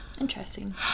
interesting